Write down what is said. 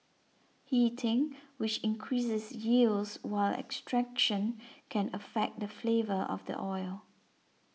heating which increases yields while extraction can affect the flavour of the oil